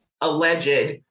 alleged